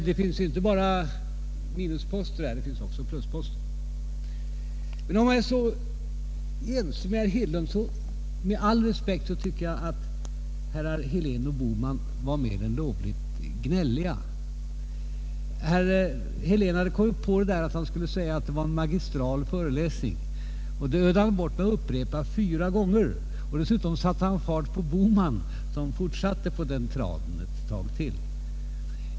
Det finns här inte bara minusposter utan också plusposter. Om jag alltså är ense med herr Hedlund så tycker jag, med all respekt, att herrar Helén och Bohman var mer än lovligt gnälliga. Herr Helén hade kommit på att han skulle säga att det var en magistral föreläsning som jag höll, och han ödde tiden med att upprepa detta fyra gånger. Dessutom satte han fart på herr Bohman, som fortsatte på den traden ett tag till.